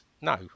no